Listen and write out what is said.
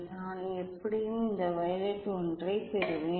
நான் எப்படியும் இந்த வயலட் ஒன்றைப் பெறுவேன்